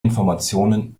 informationen